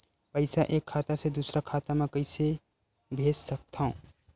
पईसा एक खाता से दुसर खाता मा कइसे कैसे भेज सकथव?